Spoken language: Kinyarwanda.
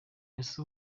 ese